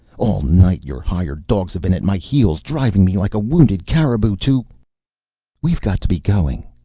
all night your hired dogs have been at my heels, driving me like a wounded caribou to we've got to be going,